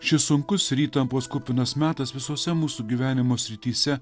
šis sunkus ir įtampos kupinas metas visose mūsų gyvenimo srityse